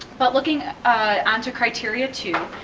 but looking on to criteria two,